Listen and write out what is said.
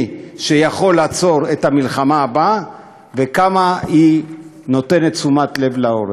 שיכול לעצור את המלחמה הבאה וכמה היא נותנת תשומת לב לעורף.